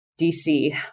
DC